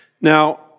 Now